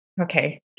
Okay